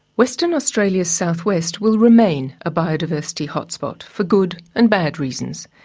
western australia's southwest will remain a biodiversity hotspot, for good and bad reasons.